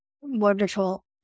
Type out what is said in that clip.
wonderful